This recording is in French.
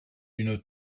une